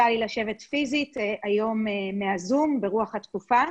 מה-זום ברוח התקופה.